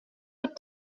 haute